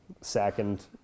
second